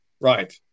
Right